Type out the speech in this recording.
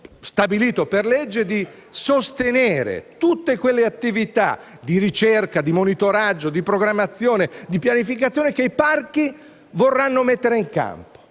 stabilito per legge, di sostenere tutte quelle attività di ricerca, di monitoraggio, di programmazione e di pianificazione che i parchi vorranno mettere in campo.